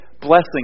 blessing